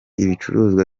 ibicuruzwa